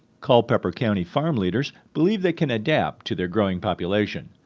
culpeper county farm leaders believe they can adapt to their growing population,